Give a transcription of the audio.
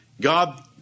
God